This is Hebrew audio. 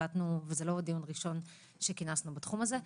וזה לא עוד יום ראשון שכינסנו בתחום הזה.